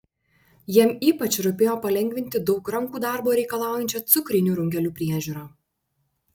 jam ypač rūpėjo palengvinti daug rankų darbo reikalaujančią cukrinių runkelių priežiūrą